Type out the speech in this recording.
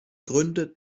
gründet